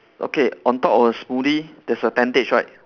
okay on top of the smoothie there's a tentage right